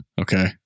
Okay